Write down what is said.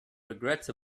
regrets